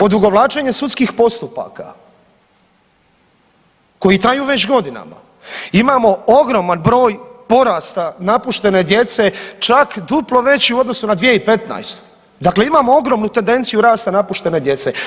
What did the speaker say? Odugovlačenje sudskih postupaka koji traju već godinama, imamo ogroman broj porasta napuštene djece, čak duplo veći u odnosu na 2015., dakle imamo ogromnu tendenciju rasta napuštene djece.